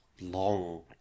long